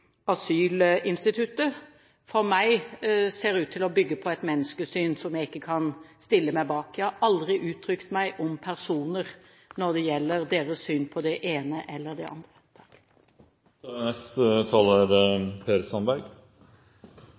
asylinstituttet, som så langt er ukjent, tror jeg, både i dette landet og i europeisk sammenheng – for meg ser ut til å bygge på et menneskesyn som jeg ikke kan stille meg bak. Jeg har aldri uttrykt meg om personer når det gjelder deres syn på det ene eller det andre.